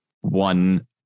one